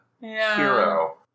hero